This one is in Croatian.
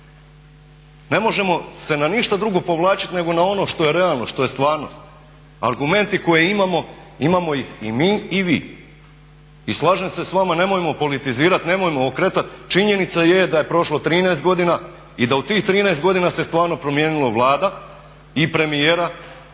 Ne možemo se na ništa drugo povlačiti nego na ono što je realno, što je stvarnost. Argumenti koje imamo, imamo ih i mi i vi. I slažem se s vama, nemojmo politizirati, nemojmo okretati, činjenica je da prošlo 13 godina i da se u tih 13 godina se stvarno promijenilo vlada i premijera